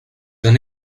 d’un